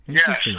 yes